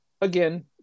again